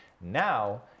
now